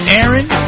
Aaron